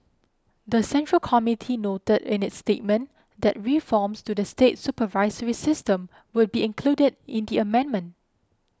the Central Committee noted in its statement that reforms to the state supervisory system would be included in the amendment